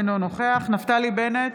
אינו נוכח נפתלי בנט,